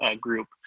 group